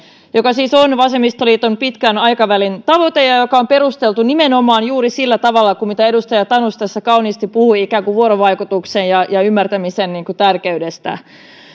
joka siis on vasemmistoliiton pitkän aikavälin tavoite ja joka on perusteltu nimenomaan juuri sillä tavalla kuin edustaja tanus tässä kauniisti puhui ikään kuin vuorovaikutuksen ja ja ymmärtämisen tärkeydestä